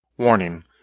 Warning